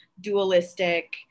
dualistic